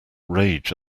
rage